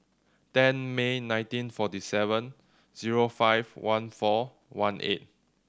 ten May nineteen forty seven zero five one four one eight